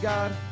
God